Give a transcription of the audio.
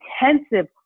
intensive